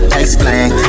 explain